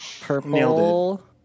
Purple